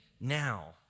now